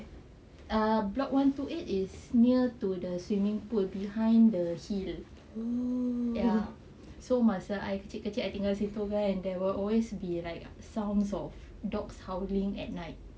err block one two eight is near to the swimming pool behind the hill ya so masa I kecil-kecil there will always be like sounds of dogs howling at night